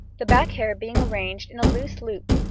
the back hair being arranged in a loose loop,